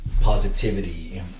positivity